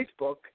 Facebook